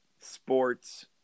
sports